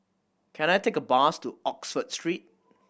can I take a bus to Oxford Street